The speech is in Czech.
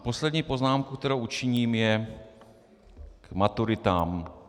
Poslední poznámka, kterou učiním, je k maturitám.